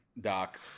Doc